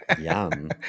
Yum